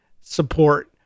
support